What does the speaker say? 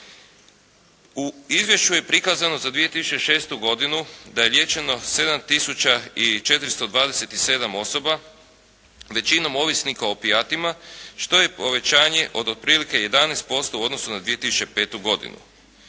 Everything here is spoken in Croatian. U izvješću je prikazano za 2006. godinu da je liječeno 7 tisuća i 427 osoba, većinom ovisnika o opijatima što je povećanje od otprilike 11% u odnosu na 2005. godinu.